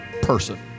person